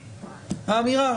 האמירה,